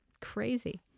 Crazy